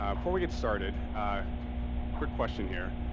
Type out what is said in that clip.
ah before we get started quick question here.